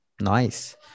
Nice